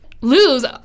Lose